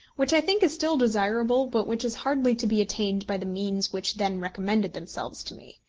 which i think is still desirable, but which is hardly to be attained by the means which then recommended themselves to me.